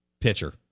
pitcher